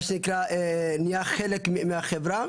מה שנקרא, נהיה חלק מהחברה,